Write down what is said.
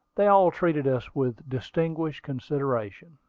they all treated us with distinguished consideration.